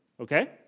okay